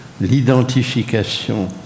l'identification